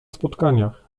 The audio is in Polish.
spotkaniach